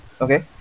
Okay